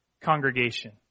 congregation